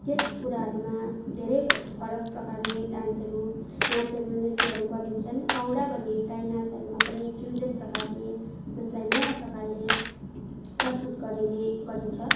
त्यस कुराहरूमा धेरै फरक प्रकारले डान्सहरू नाचहरू नृत्यहरू गरिन्छन् कौडा भन्ने काही नाचहरूमा पनि फ्युजन प्रकारले त्यसलाई नयाँ प्रकारले प्रस्तुत गरिने गरिन्छ